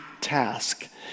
task